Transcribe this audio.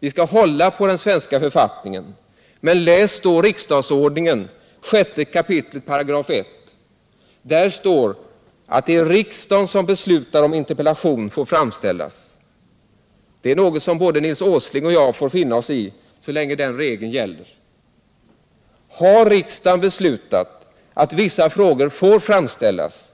Vi skall hålla på den svenska författningen, men läs då 6 kap. 1§ riksdagsordningen. Där står: ”Riksdagen beslutar om interpellationen får framställas.” Det är något som både Nils Åsling och jag får finna oss i så länge den regeln gäller. Har riksdagen beslutat att vissa frågor får framställas,